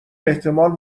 احتمال